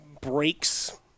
breaks